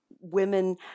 women